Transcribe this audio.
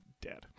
dead